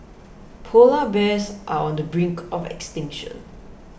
Polar Bears are on the brink of extinction